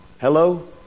Hello